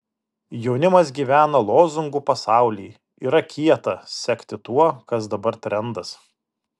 jaunimas gyvena lozungų pasauly yra kieta sekti tuo kas dabar trendas